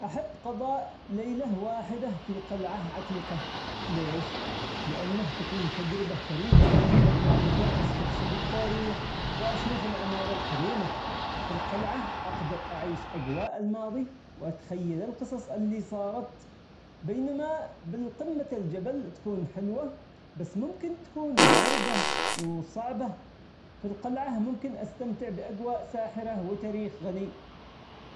أحب قضاء ليلة واحدة في قلعة عتيقة، ليش؟ لأنه تكون تجربة فريدة، وأقدر أستكشف التاريخ وأشوف العمارة القديمة. في القلعة أقدر أعيش أجواء الماضي وأتخيل القصص اللي صارت، بينما بالقمة الجبل تكون حلوة بس ممكن تكون باردة وصعبة. في القلعة ممكن أستمتع بأجواء ساحرة وتاريخ غني.